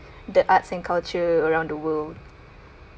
the arts and culture around the world